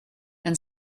and